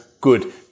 good